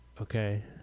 okay